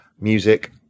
music